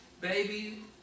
baby